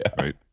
Right